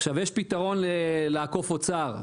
יש פתרון לעקוף אוצר.